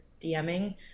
DMing